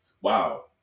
wow